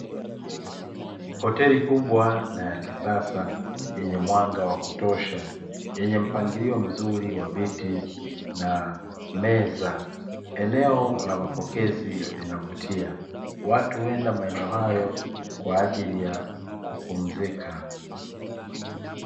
Hoteli kubwa na ya kisasa yenye mwanga wa kutosha yenye mpangilio mzuri wa viti na meza eneo la mapokezi linavutia watu huenda maeneo hayo kwa ajili ya kupumzika